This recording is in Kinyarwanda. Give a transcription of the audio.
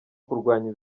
kurwanya